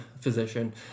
physician